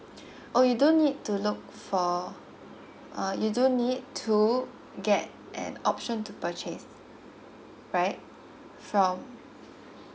oh you do need to look for uh you do need to get an option to purchase right from